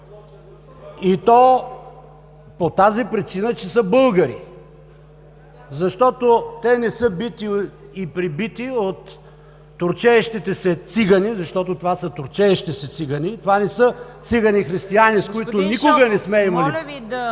и то по причина, че са българи. Защото те са бити и пребити от турчеещите се цигани, защото това са турчеещи се цигани, това не са цигани-християни, с които никога не сме имали